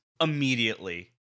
immediately